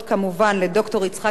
לד"ר יצחק קדמן,